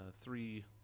three